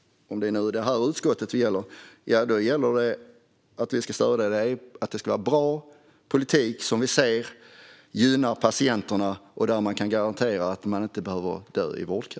Om det gäller detta utskott måste det vara en bra politik som vi ser gynnar patienterna och där man kan garantera att ingen behöver dö i en vårdkö.